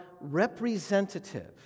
representative